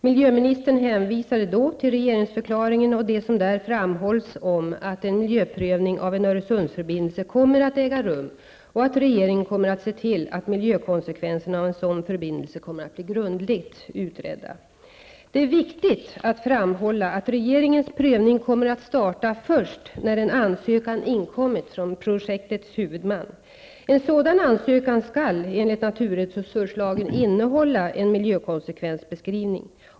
Miljöministern hänvisade då till regeringsförklaringen och det som där framhålls om att en miljöprövning av en Öresundsförbindelse kommer att äga rum och att regeringen kommer att se till att miljökonsekvenserna av en sådan förbindelse kommer att bli grundligt utredda. Det är viktigt att framhålla att regeringens prövning kommer att starta först när en ansökan inkommit från projektets huvudman. En sådan ansökan skall enligt naturresurslagen innehålla en miljökonsekvensbeskrivning.